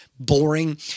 boring